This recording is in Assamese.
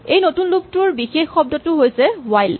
এই নতুন লুপ টোৰ বিশেষ শব্দটো হৈছে হুৱাইল